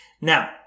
Now